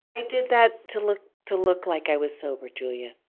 i did that to look to look like i was sober, julia